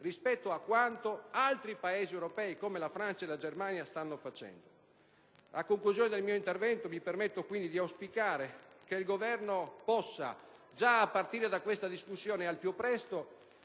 rispetto a quanto altri Paesi europei, come la Francia e la Germania, stanno facendo. A conclusione del mio intervento mi permetto quindi di auspicare che il Governo possa, già a partire da questa discussione, rivedere al più presto